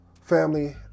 family